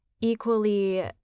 equally